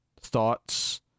thoughts